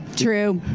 true.